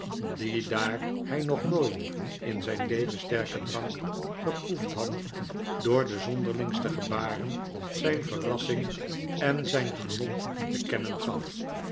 die daar hij nog nooit in zijn leven sterken drank geproefd had door de zonderlingste gebaren zijn verrassing en zijn genot te kennen gaf